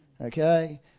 okay